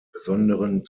besonderen